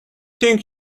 think